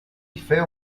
feo